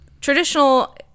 Traditional